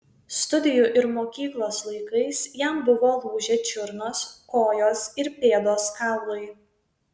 studijų ir mokyklos laikais jam buvo lūžę čiurnos kojos ir pėdos kaulai